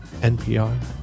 NPR